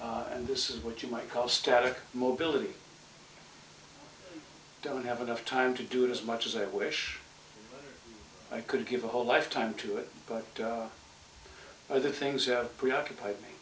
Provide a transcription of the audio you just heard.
motion and this is what you might call static mobility don't have enough time to do it as much as it wish i could give a whole lifetime to it but other things preoccupied me